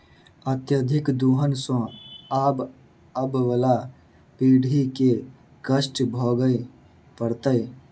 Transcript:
अत्यधिक दोहन सँ आबअबला पीढ़ी के कष्ट भोगय पड़तै